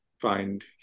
find